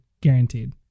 Guaranteed